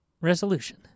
resolution